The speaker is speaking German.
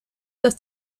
das